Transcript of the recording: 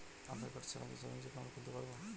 আধারকার্ড ছাড়া কি savings account খুলতে পারব?